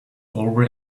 over